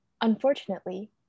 Unfortunately